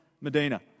Medina